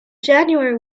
january